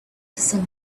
some